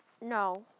no